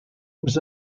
was